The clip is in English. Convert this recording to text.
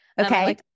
Okay